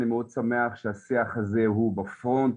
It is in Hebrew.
אני מאוד שמח שהשיח הזה הוא בפרונט.